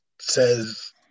says